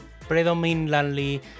predominantly